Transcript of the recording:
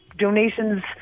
donations